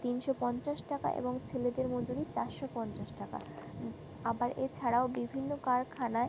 তিনশো পঞ্চাশ টাকা এবং ছেলেদের মজুরি চারশো পঞ্চাশ টাকা আবার এছাড়াও বিভিন্ন কারখানায়